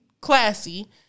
classy